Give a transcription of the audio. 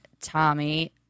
Tommy